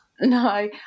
No